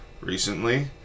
recently